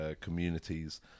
communities